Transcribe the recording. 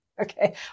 Okay